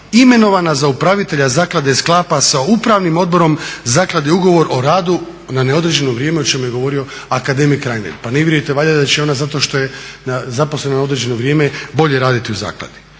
imenovana za upravitelja zaklade sklapa sa upravnim odborom zaklade ugovor o radu na neodređeno vrijeme o čemu je govorio akademik Reiner. Pa ne vjerujete da će ona zato što je zaposlena na određeno vrijeme bolje raditi u zakladi.